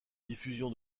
diffusion